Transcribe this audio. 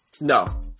No